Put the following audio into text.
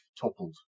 toppled